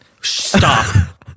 Stop